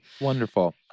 Wonderful